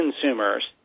consumers